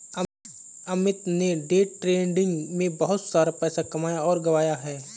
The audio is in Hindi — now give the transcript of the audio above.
अमित ने डे ट्रेडिंग में बहुत सारा पैसा कमाया और गंवाया है